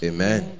Amen